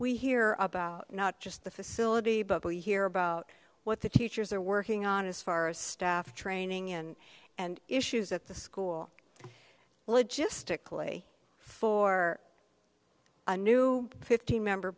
we hear about not just the facility but we hear about what the teachers are working on as far as staff training and and issues at the school logistically for a new fifteen member